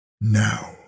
Now